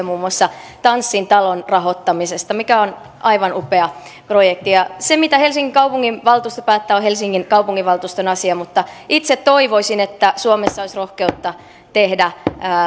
muun muassa tanssin talon rahoittamisesta joka on aivan upea projekti se mitä helsingin kaupunginvaltuusto päättää on helsingin kaupunginvaltuuston asia mutta itse toivoisin että suomessa olisi rohkeutta tehdä